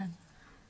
כן.